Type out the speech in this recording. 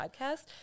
podcast